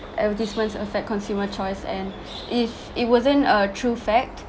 advertisements affect consumer choice and if it wasn't a true fact